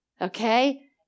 Okay